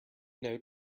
note